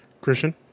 Christian